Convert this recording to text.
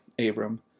Abram